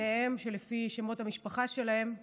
שניהם, לפי שמות המשפחה שלהם,